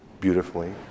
beautifully